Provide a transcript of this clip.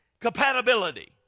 compatibility